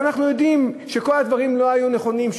אז אנחנו יודעים שכל הדברים לא היו נכונים.